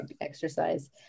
exercise